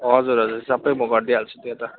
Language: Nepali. हजुर हजुर सबै म गरिदिइहाल्छु त्यो त